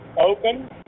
open